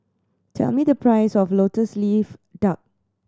tell me the price of Lotus Leaf Duck